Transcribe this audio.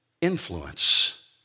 influence